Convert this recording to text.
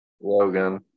Logan